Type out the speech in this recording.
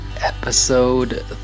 episode